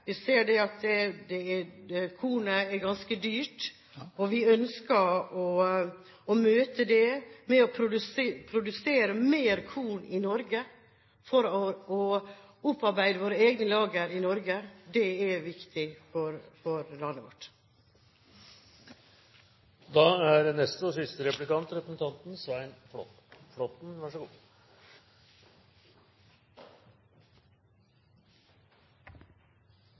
Vi ser at kornet er ganske dyrt, og vi ønsker å møte det med å produsere mer korn i Norge for å opparbeide våre egne lagre. Det er viktig for landet vårt. Kristelig Folkeparti står sammen med Fremskrittspartiet og Høyre i en merknad hvor man kritiserer regjeringen for å ha lagt en skatteøkning på 200 mill. kr på skogbruket. Representanten